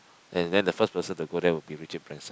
and then the first person to go there will be Richard Branson